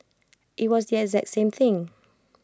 IT was the exact same thing